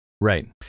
Right